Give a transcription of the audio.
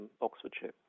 Oxfordshire